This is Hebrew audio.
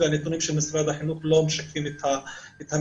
והנתונים של משרד החינוך לא משקפים את המציאות.